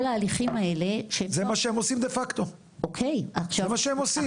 כל ההליכים האלה ש- -- זה מה שהם עושים דה פקטו,